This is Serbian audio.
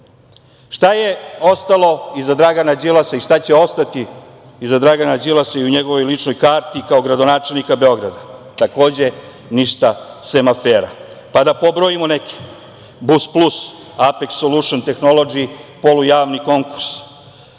Šta je ostalo iza Dragana Đilasa i šta će ostati iza Dragana Đilasa i u njegovoj ličnoj karti kao gradonačelnika Beograda? Takođe ništa, sem afera. Da pobrojimo neke - Bus plus, Apeks solušn tehnolodži, polujavni konkurs.